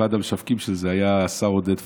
ואחד המשווקים של זה היה השר עודד פורר,